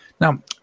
Now